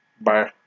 Bye